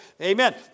Amen